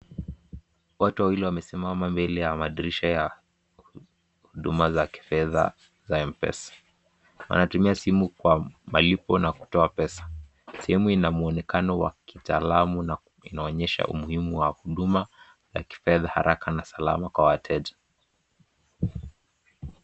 Watu wawili wamesimama mbele ya madirisha ya huduma za kifedha za M-Pesa. Wanatumia simu kwa malipo na kutoa pesa. Sehemu inamuonekano wa kitaalamu na inaonyesha umuhimu wa huduma za kifedha haraka na salama kwa wateja.